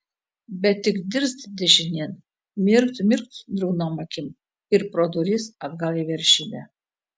bet tik dirst dešinėn mirkt mirkt drungnom akim ir pro duris atgal į veršidę